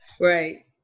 right